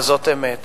אבל זאת אמת.